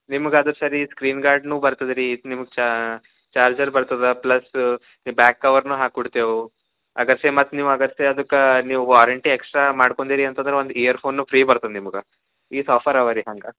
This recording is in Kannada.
ನಿಮ್ಗ ಅದು ಸರಿ ಸ್ಕ್ರೀನ್ಗಾರ್ಡ್ನು ಬರ್ತದ ರೀ ಇದು ನಿಮ್ಗ ಚಾರ್ಜರ್ ಬರ್ತದ ಪ್ಲಸ್ ಎ ಬ್ಯಾಕ್ ಕವರ್ನು ಹಾಕಿ ಕೊಡ್ತೇವು ಅದರ್ಸೆ ಮತ್ತು ನೀವು ಅದರ್ಸೆ ಅದಕ್ಕೆ ನೀವು ವಾರಂಟಿ ಎಕ್ಸ್ಟ್ರಾ ಮಾಡ್ಕೊಂದಿರಿ ಅಂತಂದ್ರ ಒಂದು ಏರ್ಫೋನು ಫ್ರೀ ಬರ್ತದ ನಿಮ್ಗ ಇಟ್ ಆಫರ್ ಅವ ರೀ ಹಂಗೆ